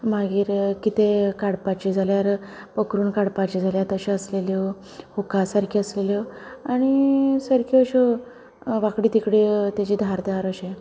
मागीर कितें काडपाच्यो जाल्या पोखरून काडपाच्यो जल्यार तश्यो आसलेल्यो हुकां सारक्यो आसलेल्यो आनी सारक्यो अश्यो वाकड्यो तिकड्यो तेच्यो धार धार अश्यो